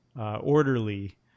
orderly